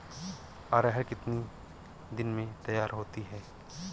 अरहर कितनी दिन में तैयार होती है?